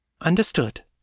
Understood